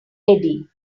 eddie